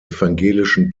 evangelischen